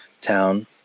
town